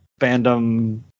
fandom